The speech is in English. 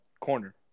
corner